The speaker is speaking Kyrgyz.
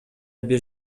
бир